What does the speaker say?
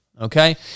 okay